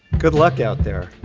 good luck out there